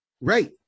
right